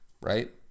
right